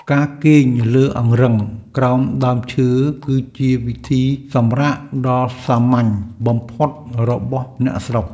ការគេងលើអង្រឹងក្រោមដើមឈើ គឺជាវិធីសម្រាកដ៏សាមញ្ញបំផុតរបស់អ្នកស្រុក។